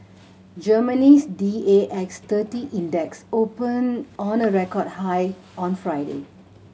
Germany's D A X thirty Index opened on a record high on Friday